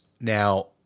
Now